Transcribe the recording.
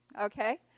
okay